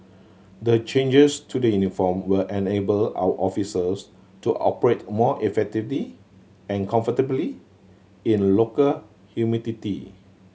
the changes to the uniform will enable our officers to operate more effectively and comfortably in local humidity